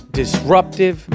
disruptive